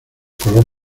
color